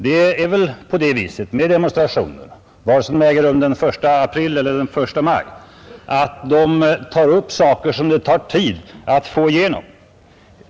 Det är väl så med demonstrationer, vare sig de äger rum den 1 april eller den 1 maj, att de tar upp frågor som det tar tid att få igenom.